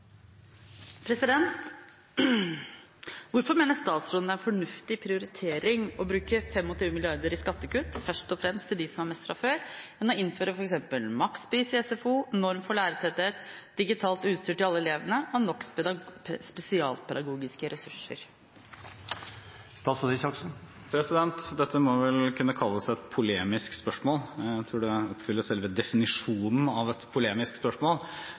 mener statsråden det er en fornuftig prioritering å bruke 25 mrd. kroner i skattekutt, først og fremst til de som har mest fra før, enn å innføre f.eks. makspris i SFO, norm for lærertetthet, digitalt utstyr til alle elevene og nok spesialpedagogiske ressurser?» Dette må vel kunne kalles et polemisk spørsmål – jeg tror det fyller selve definisjonen av et polemisk spørsmål.